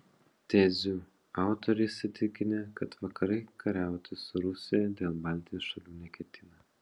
tezių autoriai įsitikinę kad vakarai kariauti su rusija dėl baltijos šalių neketina